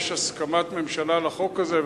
יש הסכמת ממשלה על החוק הזה,